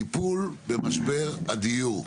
טיפול במשבר הדיור,